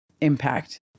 impact